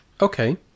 Okay